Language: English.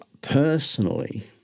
Personally